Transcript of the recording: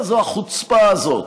מה זה החוצפה הזאת